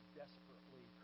desperately